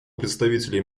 представителей